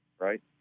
right